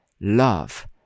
love